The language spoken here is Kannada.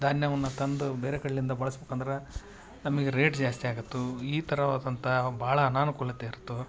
ಧಾನ್ಯವನ್ನ ತಂದು ಬೇರೆ ಕಡ್ಲಿಂದ ಬಳ್ಸ್ಬೇಕಂದರ ನಮಗೆ ರೇಟ್ ಜಾಸ್ತಿ ಆಗತ್ತು ಈ ಥರವಾದಂಥ ಭಾಳ ಅನಾನುಕೂಲತೆ ಇರತ್ತು